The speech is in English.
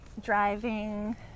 driving